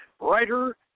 writer